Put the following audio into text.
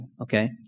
okay